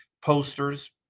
posters